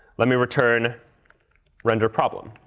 let me return renderproblem.